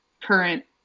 current